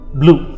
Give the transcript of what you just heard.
blue